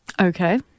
Okay